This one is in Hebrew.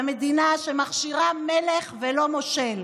במדינה שמכשירה מלך ולא מושל.